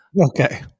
Okay